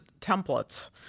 templates